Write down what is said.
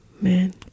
Man